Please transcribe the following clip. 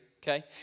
Okay